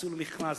תצאו למכרז,